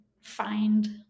find